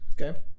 Okay